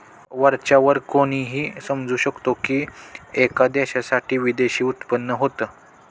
वरच्या वर कोणीही समजू शकतो की, एका देशासाठी विदेशी उत्पन्न होत